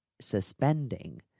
suspending